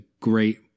great